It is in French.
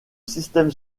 système